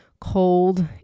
cold